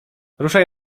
ruszaj